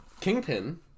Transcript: Kingpin